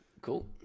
Cool